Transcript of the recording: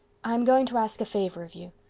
i am going to ask a favor of you.